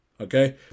Okay